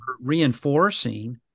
reinforcing